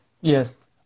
Yes